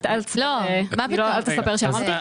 אל תספר שאמרתי.